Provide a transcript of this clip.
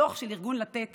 בדוח של ארגון לתת